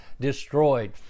destroyed